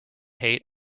hate